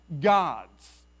gods